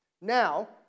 Now